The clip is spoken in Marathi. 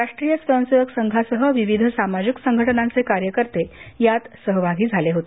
राष्ट्रीय स्वयंसेवक संघासह विविध सामाजिक संघटनांचे कार्यकर्ते यात सहभागी झाले होते